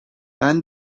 when